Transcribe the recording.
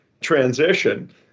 transition